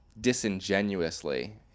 disingenuously